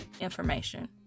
information